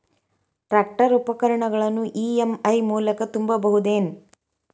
Tractor ಉಪಕರಣಗಳನ್ನು EMI ಮೂಲಕ ತುಂಬಬಹುದ ಏನ್?